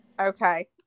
Okay